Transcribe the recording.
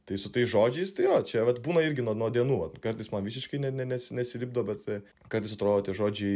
tai su tais žodžiais tai jo čia vat būna irgi nuo nuo dienų kartais man visiškai ne ne nesilipdo bet kartais atrodo tie žodžiai